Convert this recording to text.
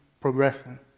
progressing